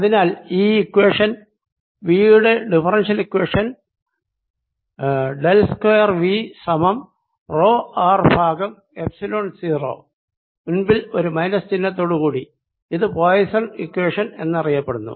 അതിനാൽ ഈ equation V യുടെ differential equation del square V സമം റോ r ബൈ എപ്സിലോൺ 0 മുൻപിൽ ഒരു മൈനസ് ചിഹ്നത്തോട് കൂടി ഇത് പോയിസ്സോൻ ഇക്വേഷൻ എന്നറിയപ്പെടുന്നു